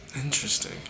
Interesting